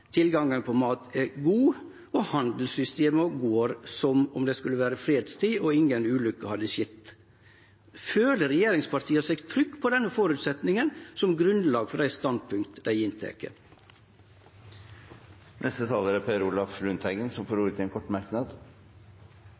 tilgangen på mat er god, og handelssystema går som om det skulle vore fredstid og inga ulykke hadde skjedd. Føler regjeringspartia seg trygge på denne føresetnaden som grunnlag for dei standpunkta dei tek? Representanten Per Olaf Lundteigen har hatt ordet